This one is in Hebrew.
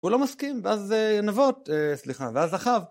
הוא לא מסכים. ואז נבות, סליחה, ואז אחאב...